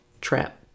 trap